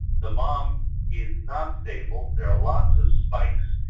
the mom is not stable, there are lots of spikes,